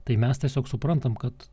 tai mes tiesiog suprantam kad